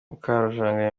mukarujanga